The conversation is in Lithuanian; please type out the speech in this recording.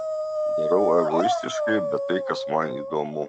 darau egoistiškai bet tai kas man įdomu